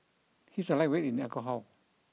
he is a lightweight in alcohol